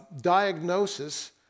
diagnosis